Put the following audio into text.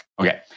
Okay